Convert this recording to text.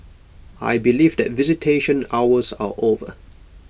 I believe that visitation hours are over